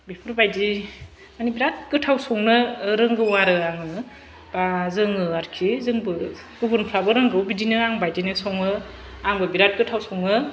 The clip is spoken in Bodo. बेफोरबादि मानि बिराथ गोथाव संनो रोंगौ आरो आङो बा जोङो आरखि जोंबो गुबुनफ्राबो रोंगौ बिदिनो आंबादिनो सङो आंबो बिराथ गोथाव सङो